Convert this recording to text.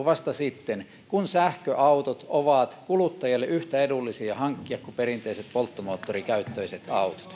vasta sitten kun sähköautot ovat kuluttajalle yhtä edullisia hankkia kuin perinteiset polttomoottorikäyttöiset